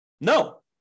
No